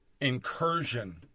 incursion